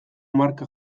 marka